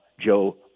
Joe